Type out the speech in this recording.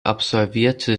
absolvierte